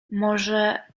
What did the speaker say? może